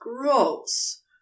gross